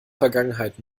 vergangenheit